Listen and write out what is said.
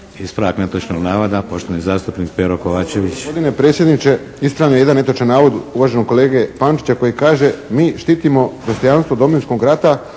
Ispravak netočnog navoda, poštovani zastupnik Pero Kovačević.